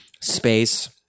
space